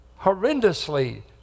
Horrendously